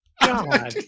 God